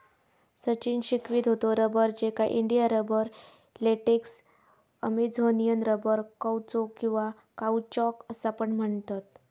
सचिन शिकवीत होतो रबर, ज्याका India rubber, latex, Amazonian rubber, कौचो किंवा काउचॉक असा पण म्हणतत